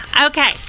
Okay